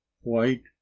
white